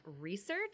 research